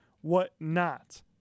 whatnot